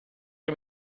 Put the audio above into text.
que